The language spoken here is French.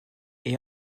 est